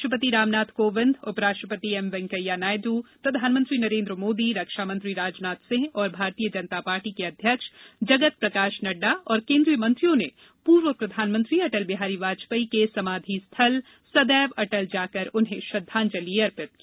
राष्ट्रपति रामनाथ कोविंद उप राष्ट्रपति एम वैंकैया नायडू प्रधानमंत्री नरेन्द्र मोदी रक्षामंत्री राजनाथ सिंह और भारतीय जनता पार्टी के अध्यक्ष जगत प्रकाश नड़डा और केन्द्रीय मंत्रियों ने पूर्व प्रधानमंत्री अटल बिहारी की पुण्यतिथि पर उनके समाधि स्थल पर सदैव अटल जाकर श्रद्धांजलि अर्पित की